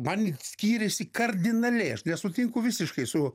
man skyrėsi kardinaliai aš nesutinku visiškai su